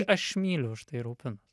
aš myliu už tai rūpinuos